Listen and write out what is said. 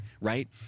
Right